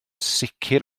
sicr